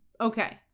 Okay